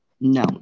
No